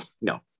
No